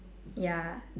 ya